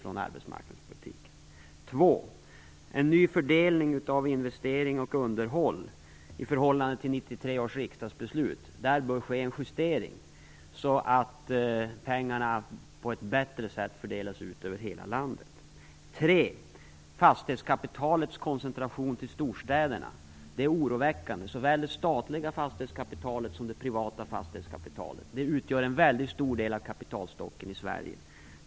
Den andra frågan handlade om en ny fördelning av investering och underhåll i förhållande till 1993 års riksdagbeslut. I fråga om detta bör det ske en justering, så att pengarna på ett bättre sätt fördelas över hela landet. Den tredje frågan handlade om fastighetskapitalets koncentration till storstäderna. Det är oroväckande att såväl det statliga fastighetskapitalet som det privata fastighetskapitalet utgör en mycket stor del av kapitalstocken i Sverige.